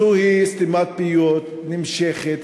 זוהי סתימת פיות נמשכת,